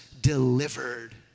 delivered